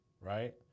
Right